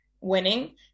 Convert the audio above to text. winning